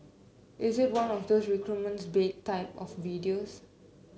is it one of those recruitment's bait type of videos